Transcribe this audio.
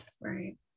right